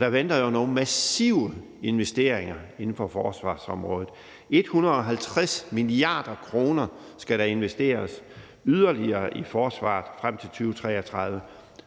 Der venter jo nogle massive investeringer inden for forsvarsområdet; 150 mia. kr. skal der investeres yderligere i forsvaret frem til 2033,